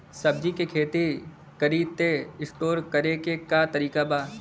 सब्जी के खेती करी त स्टोर करे के का तरीका बा?